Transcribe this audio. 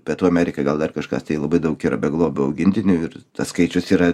pietų amerika gal dar kažkas tai labai daug yra beglobių augintinių ir tas skaičius yra